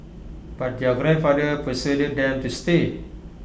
but their grandfather persuaded them to stay